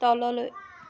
তললৈ